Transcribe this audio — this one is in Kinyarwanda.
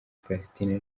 palestina